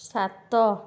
ସାତ